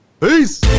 peace